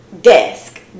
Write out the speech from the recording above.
desk